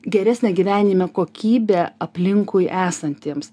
geresnę gyvenime kokybę aplinkui esantiems